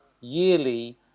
yearly